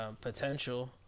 potential